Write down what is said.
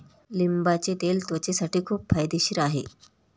लिंबाचे तेल त्वचेसाठीही खूप फायदेशीर आहे